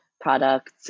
products